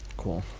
cool.